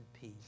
peace